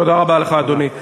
תודה רבה לך, אדוני.